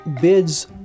bids